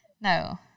No